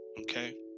Okay